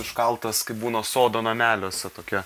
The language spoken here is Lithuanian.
iškaltas kaip būna sodo nameliuose tokia